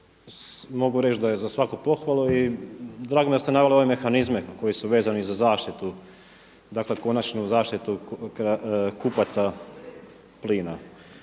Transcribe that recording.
mogu reći da je za svaku pohvalu i drago mi je da ste naveli ove mehanizme koji su vezani za zaštitu, dakle konačnu zaštitu kupaca plina.